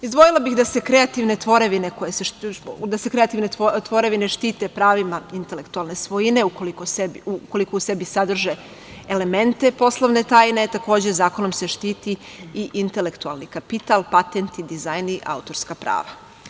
Izdvojila bih da se kreativne tvorevine štite pravima intelektualne svojine ukoliko u sebi sadrže elemente poslovne tajne, takođe zakonom se štiti i intelektualni kapital, patenti, dizajn i autorska prava.